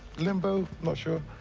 limbo, not sure.